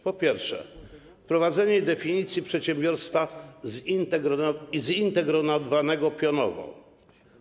Po pierwsze, wprowadzenie definicji przedsiębiorstwa zintegrowanego pionowo.